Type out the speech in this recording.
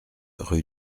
rue